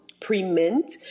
pre-mint